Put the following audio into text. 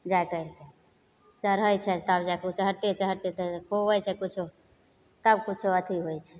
जा करिके चढ़य छै तब जाकऽ उ चढ़तय चढ़तय तब जाके हुवै छै कुछो तब कुछो अथी होइ छै